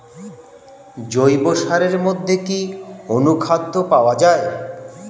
জৈব সারের মধ্যে কি অনুখাদ্য পাওয়া যায়?